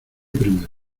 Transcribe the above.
primero